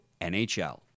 NHL